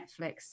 Netflix